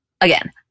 Again